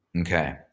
Okay